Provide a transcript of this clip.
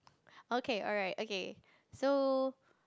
okay alright okay so